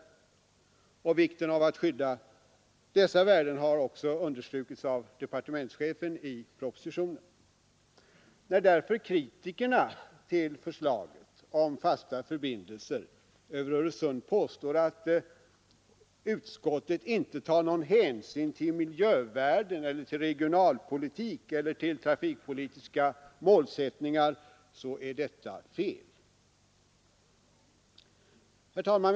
Vikten av att skydda dessa värden har också understrukits av departementschefen i propositionen. När kritikerna av förslaget om de fasta förbindelserna över Öresund påstår att utskottet inte tar någon hänsyn till miljövärden och till regionalpolitiska eller trafikpolitiska målsättningar är detta fel. Herr talman!